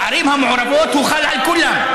בערים המעורבות הוא חל על כולם.